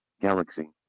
galaxy